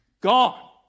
gone